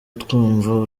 twumva